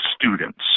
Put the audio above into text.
students